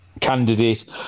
candidate